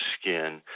skin